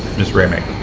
ms. ramaker?